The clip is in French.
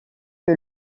que